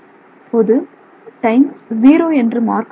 இப்போது time zero என்று mark செய்கிறார்கள்